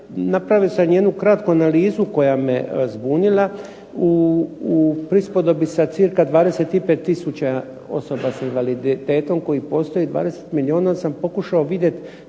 napravio sam jednu kratku analizu koja me zbunila u prispodobi sa cirka 25000 osoba sa invaliditetom koji postoje, 20 milijuna sam pokušao vidjeti